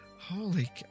Holy